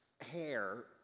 Hair